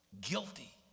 guilty